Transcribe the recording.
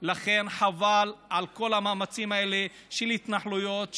לכן חבל על כל המאמצים האלה של התנחלויות,